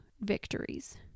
victories